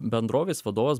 bendrovės vadovas